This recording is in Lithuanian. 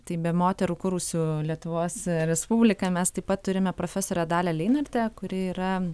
tai be moterų kūrusių lietuvos respubliką mes taip pat turime profesorę dalią leinartę kuri yra